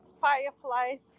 fireflies